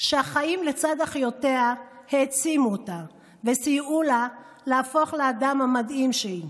שהחיים לצד אחיותיה העצימו אותה וסייעו לה להפוך לאדם המדהים שהיא,